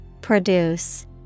Produce